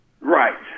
Right